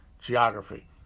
geography